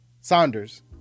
Saunders